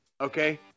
okay